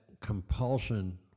compulsion